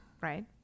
Right